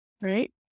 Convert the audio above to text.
right